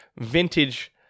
vintage